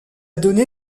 donné